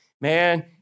man